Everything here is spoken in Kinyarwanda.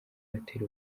noteri